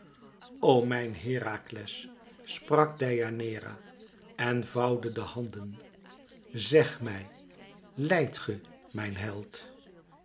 o mijn herakles sprak deianeira en vouwde de handen zeg mij lijdt ge mijn held